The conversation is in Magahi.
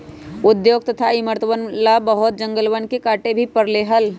उद्योग तथा इमरतवन ला बहुत जंगलवन के काटे भी पड़ले हल